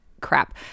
crap